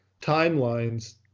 timelines